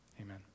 Amen